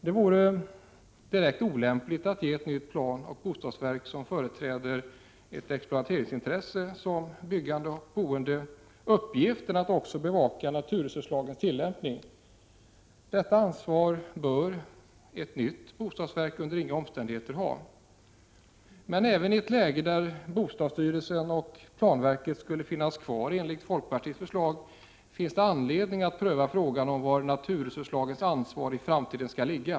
Det vore direkt olämpligt att ge ett nytt planoch bostadsverk, som företräder ett exploateringsintresse — byggande och boende — uppgiften att också bevaka naturresurslagens tillämpning. Detta ansvar bör ett nytt bostadsverk under inga omständigheter ha. Men även i ett läge där bostadsstyrelsen och planverket skulle finnas kvar, enligt folkpartiets förslag, finns det anledning att pröva frågan om var NRL-ansvaret i framtiden skall ligga.